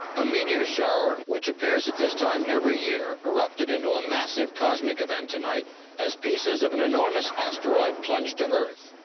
a meteor shower which appears at this time every year erupted into a massive cosmic event tonight as pieces of an enormous astero plunged to earth.